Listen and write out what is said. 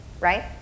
right